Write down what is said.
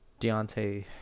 Deontay